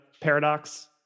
paradox